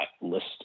list